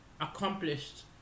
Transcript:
accomplished